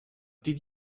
did